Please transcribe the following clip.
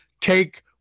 take